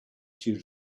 due